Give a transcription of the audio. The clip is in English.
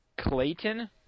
Clayton